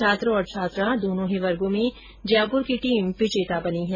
छात्र और छात्रा दोनों ही वर्गों में जयपुर की टीम विजेता बनी हैं